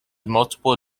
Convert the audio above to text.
multiple